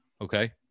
Okay